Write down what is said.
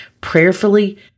prayerfully